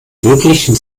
möglichen